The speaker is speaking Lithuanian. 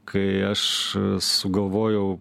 kai aš sugalvojau